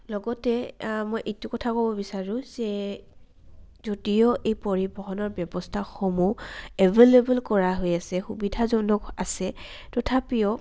লগতে মই এইটো কথা ক'ব বিচাৰোঁ যে যদিও এই পৰিবহণৰ ব্যৱস্থাসমূহ এভেইলেবল কৰা হৈ আছে সুবিধাজনক আছে তথাপিও